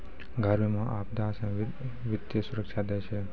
घर बीमा, आपदा से वित्तीय सुरक्षा दै छै